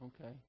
Okay